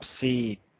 see